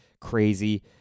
crazy